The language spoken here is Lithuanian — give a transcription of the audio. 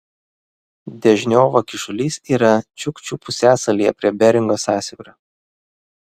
dežniovo kyšulys yra čiukčių pusiasalyje prie beringo sąsiaurio